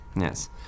Yes